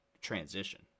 transition